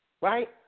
Right